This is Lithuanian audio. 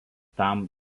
tam